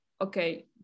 okay